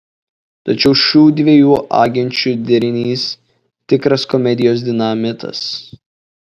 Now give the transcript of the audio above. tačiau šių dviejų agenčių derinys tikras komedijos dinamitas